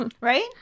Right